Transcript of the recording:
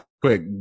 quick